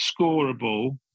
scorable